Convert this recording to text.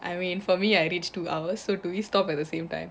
I win for me I reached two hours so do we stop at the same time